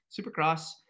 Supercross